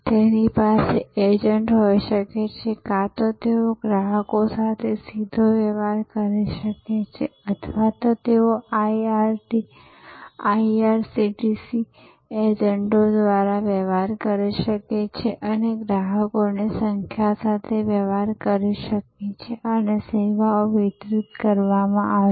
તેમની પાસે એજન્ટ હોઈ શકે છે કાં તો તેઓ ગ્રાહકો સાથે સીધો વ્યવહાર કરી શકે છે અથવા તેઓ IRCTC એજન્ટો દ્વારા વ્યવહાર કરી શકે છે અને ગ્રાહકોની સંખ્યા સાથે વ્યવહાર કરી શકે છે અને સેવા વિતરિત કરવામાં આવશે